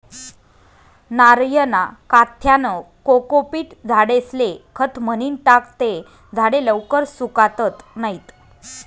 नारयना काथ्यानं कोकोपीट झाडेस्ले खत म्हनीन टाकं ते झाडे लवकर सुकातत नैत